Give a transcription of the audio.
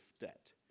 debt